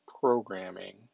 programming